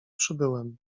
przybyłem